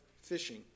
fishing